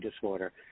disorder